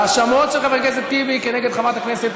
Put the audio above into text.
ההאשמות של חבר הכנסת טיבי כנגד חברת הכנסת